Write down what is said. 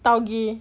taugeh